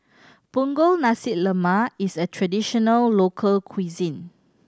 Punggol Nasi Lemak is a traditional local cuisine